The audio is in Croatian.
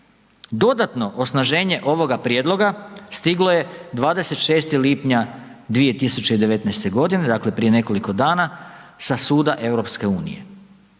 Dodatno osnaženje ovoga prijedloga stiglo je 26. lipnja 2019.g., dakle, prije nekoliko dana sa suda EU.